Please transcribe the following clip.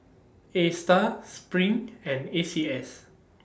A STAR SPRING and A C S